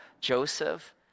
Joseph